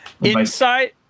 Inside